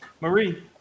Marie